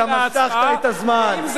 אתה משכת את הזמן.